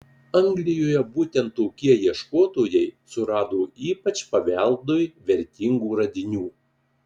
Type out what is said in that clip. anglijoje būtent tokie ieškotojai surado ypač paveldui vertingų radinių